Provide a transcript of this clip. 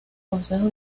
consejo